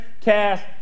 cast